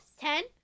Ten